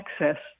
access